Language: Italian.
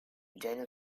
genio